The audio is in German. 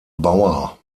bauer